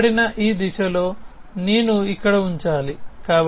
వెనుకబడిన దిశలో నేను ఇక్కడ ఉంచాలి